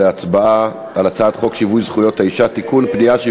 להצבעה על הצעת חוק שיווי זכויות האישה (תיקון,